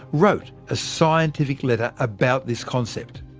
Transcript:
wrote a scientific letter about this concept.